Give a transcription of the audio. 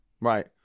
Right